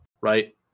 right